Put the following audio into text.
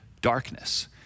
darkness